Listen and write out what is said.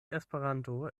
esperanto